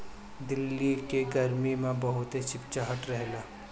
दिल्ली के गरमी में बहुते चिपचिपाहट रहेला